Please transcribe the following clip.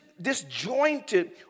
disjointed